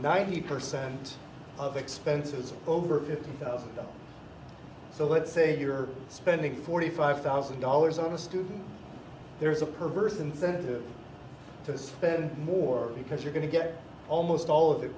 ninety percent of expenses over fifty thousand dollars so let's say you're spending forty five thousand dollars on a student there is a perverse incentive to spend more because you're going to get almost all of